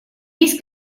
есть